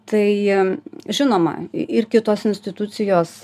tai žinoma i ir kitos institucijos